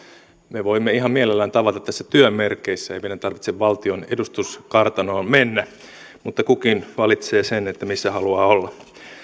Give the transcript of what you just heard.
me voimme ihan mielellämme tavata työn merkeissä ei meidän tarvitse valtion edustuskartanoon mennä mutta kukin valitsee sen missä haluaa olla